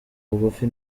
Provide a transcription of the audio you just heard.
bugufi